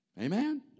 Amen